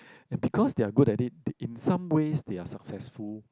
and because they are good at it in some ways they are successful